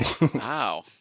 Wow